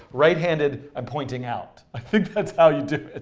right handed, i'm pointing out. i think that's how you do it.